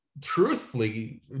truthfully